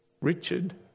Richard